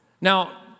Now